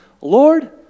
Lord